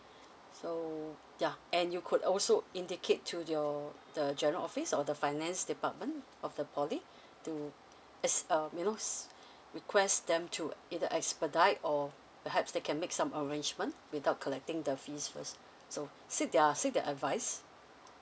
so ya and you could also indicate to your the general office or the finance department of the poly to is um you know s~ request them to either expedite or perhaps they can make some arrangement without collecting the fees first so seek their seek their advice